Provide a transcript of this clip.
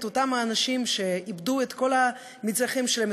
אותם האנשים שאיבדו את כל החפצים שלהם,